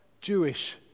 Jewish